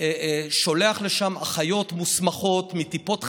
שולח לשם אחיות מוסמכות מטיפות חלב,